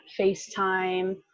FaceTime